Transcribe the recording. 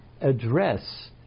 address